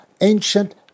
ancient